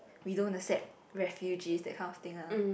we don't accept refugees that kind of thing ah